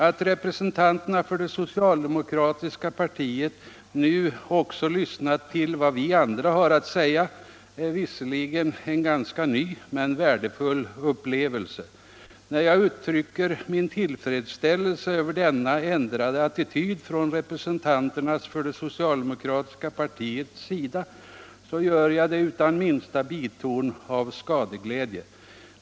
Att representanterna för det socialdemokratiska partiet nu även lyssnat till vad vi andra har att säga är visserligen en ganska ny men en värdefull upplevelse. När jag uttrycker min tillfredsställelse över denna ändrade attityd hos representanterna för det socialdemokratiska partiet, så gör jag det utan minsta biton av skadeglädje.